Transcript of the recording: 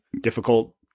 difficult